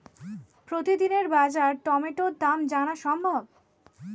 প্রতিদিনের বাজার টমেটোর দাম জানা সম্ভব?